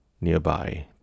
nearby